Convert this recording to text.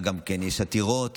יש עתירות